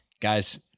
Guys